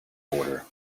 order